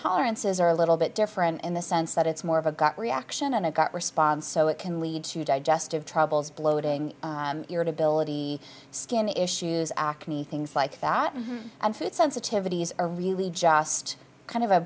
tolerances are a little bit different in the sense that it's more of a gut reaction and a gut response so it can lead digestive troubles bloating irritability skin issues acne things like that and food sensitivities are really just kind of a